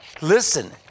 listen